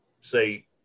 say